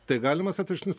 tai galimas atvirkštinis